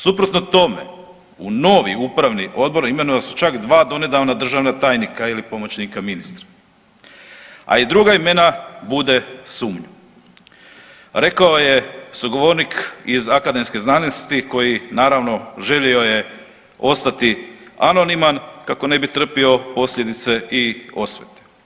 Suprotno tome, u novi upravni odbor imenovala su se čak dva donedavna državna tajnika ili pomoćnika ministra, a i druga imena bude sumnju, rekao je sugovornik iz akademske znanosti koji naravno želio je ostati anoniman kako ne bi trpio posljedice i osvete.